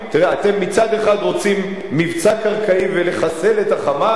מצד אחד אתם רוצים מבצע קרקעי ולחסל את ה"חמאס",